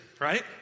right